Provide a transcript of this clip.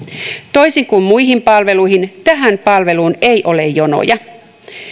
toisin kuin muihin palveluihin tähän palveluun ei ole jonoja